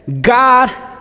God